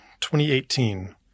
2018